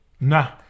Nah